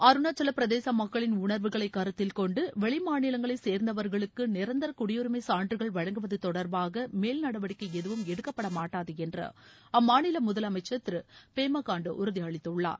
அருணாச்சல பிரதேச மக்களின் உணர்வுகளை கருத்தில் கொண்டு வெளிமாநிலங்களை சேர்ந்தவர்களுக்கு நிரந்தர குடியுரிமை சான்றுகள் வழங்குவது தொடர்பாக மேல்நடவடிக்கை எதுவும் எடுக்கப்படமாட்டாது என்று அம்மாநில முதலமைச்சர் திரு பேமாகண்டு உறுதி அளித்துள்ளார்